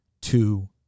two